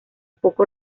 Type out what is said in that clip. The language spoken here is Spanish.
poco